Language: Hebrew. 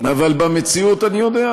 אבל במציאות, אני יודע.